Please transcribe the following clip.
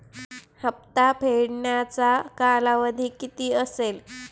हप्ता फेडण्याचा कालावधी किती असेल?